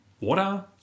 water